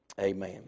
Amen